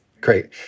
great